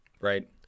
Right